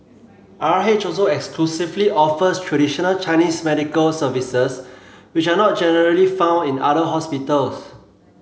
R H also exclusively offers traditional Chinese medical services which are not generally found in other hospitals